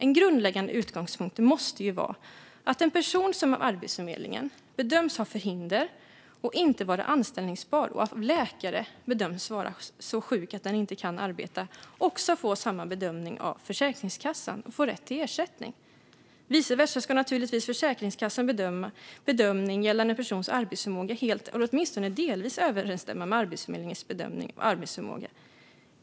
En grundläggande utgångspunkt måste vara att en person som av Arbetsförmedlingen bedöms ha förhinder och inte vara anställbar och av läkare bedöms vara så sjuk att den inte kan arbeta också får samma bedömning av Försäkringskassan och får rätt till ersättning. Vice versa ska naturligtvis Försäkringskassans bedömning gällande en persons arbetsförmåga helt, eller åtminstone delvis, överensstämma med Arbetsförmedlingens bedömning av arbetsförmåga.